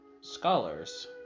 scholars